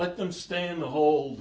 let them stay in the hol